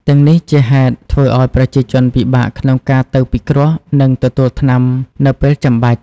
ទាំងនេះជាហេតុធ្វើឱ្យប្រជាជនពិបាកក្នុងការទៅពិគ្រោះ និងទទួលថ្នាំនៅពេលចាំបាច់។